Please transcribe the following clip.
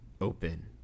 open